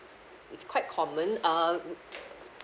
it's quite common um uh